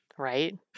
Right